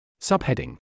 Subheading